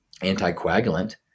anticoagulant